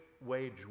wage